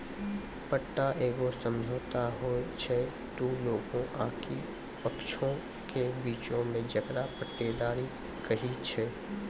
पट्टा एगो समझौता होय छै दु लोगो आकि पक्षों के बीचो मे जेकरा पट्टेदारी कही छै